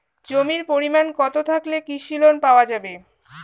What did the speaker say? জমির পরিমাণ কতো থাকলে কৃষি লোন পাওয়া যাবে?